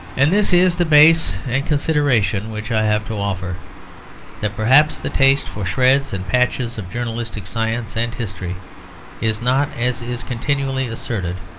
and this is the base and consideration which i have to offer that perhaps the taste for shreds and patches of journalistic science and history is not, as is continually asserted,